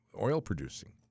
oil-producing